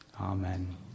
amen